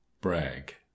Brag